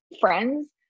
friends